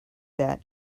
that